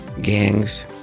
gangs